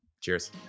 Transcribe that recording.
Cheers